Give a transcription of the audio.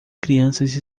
crianças